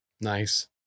Nice